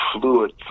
fluid